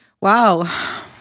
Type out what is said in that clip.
wow